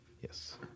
Yes